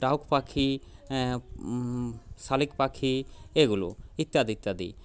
দাহক পাখি শালিক পাখি এগুলো ইত্যাদি ইত্যাদি